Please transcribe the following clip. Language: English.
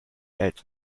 ate